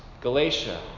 Galatia